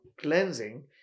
cleansing